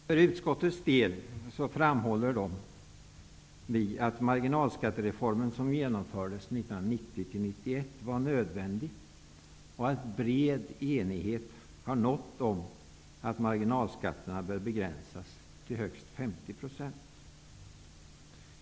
För utskottets del framhåller vi att den marginalskattereform som genomfördes 1990/91 var nödvändig och att bred enighet har rått om att marginalskatterna bör begränsas till högst 50 %.